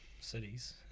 cities